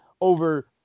over